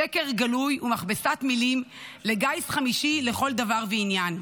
שקר גלוי ומכבסת מילים לגיס חמישי לכל דבר ועניין.